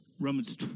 Romans